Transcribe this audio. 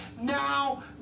now